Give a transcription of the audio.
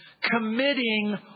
committing